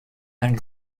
and